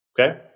okay